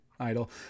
Idle